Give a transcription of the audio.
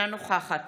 נוכחת